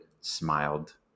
smiled